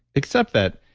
except that.